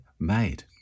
made